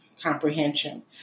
comprehension